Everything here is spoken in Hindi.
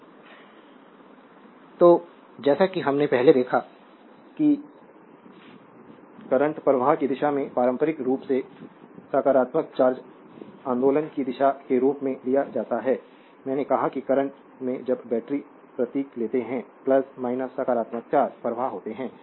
स्लाइड समय देखें 2434 तो जैसा कि हमने पहले देखा है कि करंट प्रवाह की दिशा को पारंपरिक रूप से सकारात्मक चार्ज आंदोलन की दिशा के रूप में लिया जाता है मैंने कहा कि करंट में जब बैटरी प्रतीक लेते हैं सकारात्मक चार्ज प्रवाह होता है